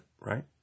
right